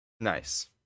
Nice